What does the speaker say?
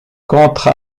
contre